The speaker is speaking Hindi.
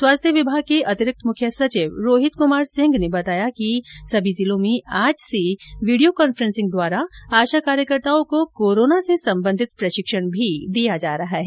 स्वास्थ्य विभाग के अतिरिक्त मुख्य सचिव रोहित कुमार सिंह ने बताया कि सभी जिलों में आज से वीडियो कॉन्फ्रेंसिंग द्वारा आशा कार्यकर्ताओं को कोरोना से संबंधित प्रशिक्षण दिया जा रहा है